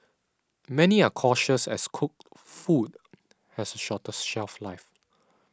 many are cautious as cooked food has a shorter shelf life